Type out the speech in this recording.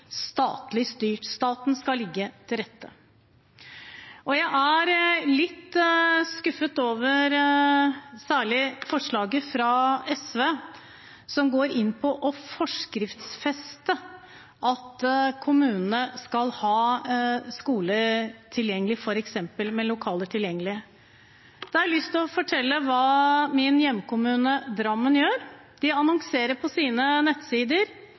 statlig styrt. Staten skal legge til rette. Jeg er litt skuffet over særlig forslaget fra SV, som går inn for å forskriftsfeste at kommunene skal ha lokaler tilgjengelig. Da har jeg lyst til å fortelle hva min hjemkommune, Drammen, gjør. De annonserer på sine nettsider